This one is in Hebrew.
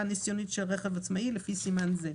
הניסיונית של רכב עצמאי לפי סימן זה.